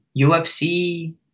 UFC